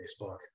Facebook